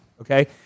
Okay